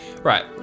Right